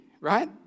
right